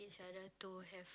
each other to have